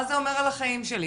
מה זה אומר על החיים שלי,